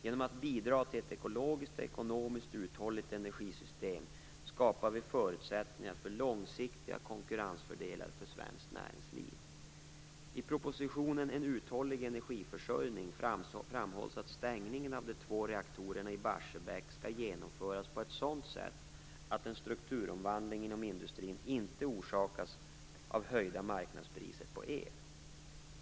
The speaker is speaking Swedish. Genom att bidra till ett ekologiskt och ekonomiskt uthålligt energisystem skapar vi förutsättningar för långsiktiga konkurrensfördelar för svenskt näringsliv. I propositionen 1996/97:84 En uthållig energiförsörjning framhålls att stängningen av de två reaktorerna i Barsebäck skall genomföras på ett sådant sätt att en strukturomvandling inom industrin inte orsakas av höjda marknadspriser på el.